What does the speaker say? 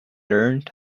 learned